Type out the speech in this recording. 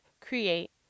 create